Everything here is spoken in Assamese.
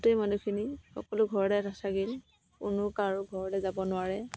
গোটেই মানুহখিনি সকলো ঘৰতে কোনো কাৰো ঘৰতে যাব নোৱাৰে